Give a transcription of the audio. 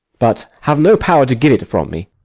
but have no power to give it from me.